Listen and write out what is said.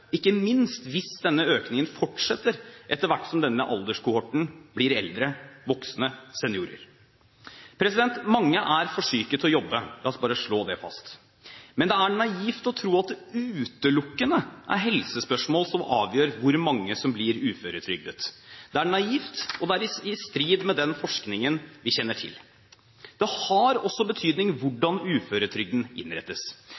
ikke minst hvis denne økningen fortsetter etter hvert som denne alderskohorten blir eldre, voksne seniorer. Mange er for syke til å jobbe – la oss bare slå det fast – men det er naivt å tro at det utelukkende er helsespørsmål som avgjør hvor mange som blir uføretrygdet. Det er naivt, og det er i strid med den forskningen vi kjenner til. Det har også betydning